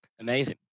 Amazing